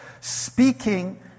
speaking